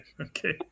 okay